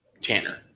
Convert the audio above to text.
Tanner